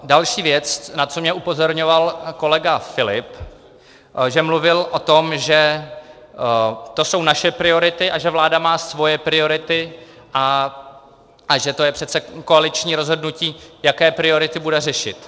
Další věc, na kterou mě upozorňoval kolega Filip, když mluvil o tom, že to jsou naše priority a že vláda má svoje priority a že to je přece koaliční rozhodnutí, jaké priority bude řešit.